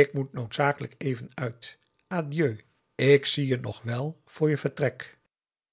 ik moet noodzakelijk even uit adieu ik zie je nog wel voor je vertrek